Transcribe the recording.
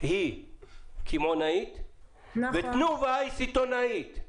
היא קמעונאית ותנובה היא סיטונאית.